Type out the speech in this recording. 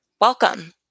Welcome